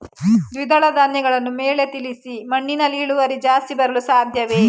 ದ್ವಿದಳ ಧ್ಯಾನಗಳನ್ನು ಮೇಲೆ ತಿಳಿಸಿ ಮಣ್ಣಿನಲ್ಲಿ ಇಳುವರಿ ಜಾಸ್ತಿ ಬರಲು ಸಾಧ್ಯವೇ?